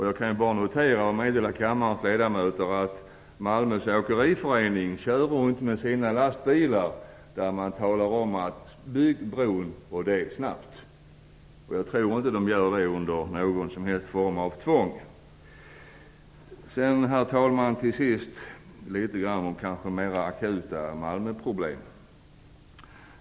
Jag kan bara notera och meddela kammarens ledamöter att Malmös åkeriförening kör runt med en text på sina lastbilar där man talar om att bygga bron och det snabbt. Jag tror inte att de gör det under någon som helst form av tvång. Till sist, herr talman, något om mer akuta Malmöproblem.